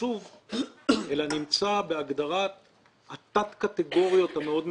בתקצוב אלא נמצא בהגדרת התת-קטגוריות המאוד מדויקת.